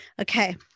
Okay